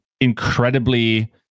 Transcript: incredibly